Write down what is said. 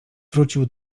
wrócił